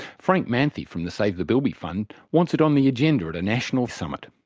frank manthey from the save the bilby fund wants it on the agenda at a national summit.